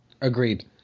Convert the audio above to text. Agreed